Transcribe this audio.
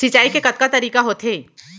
सिंचाई के कतका तरीक़ा होथे?